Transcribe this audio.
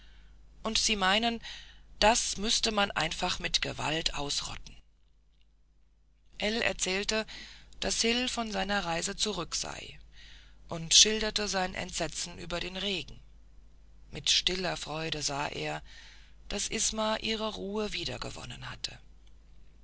und sie meinen das müsse man einfach mit gewalt ausrotten ell erzählte daß hil von seiner reise zurück sei und schilderte sein entsetzen über den regen mit stiller freude sah er daß isma ihre ruhe wiedergewonnen hatte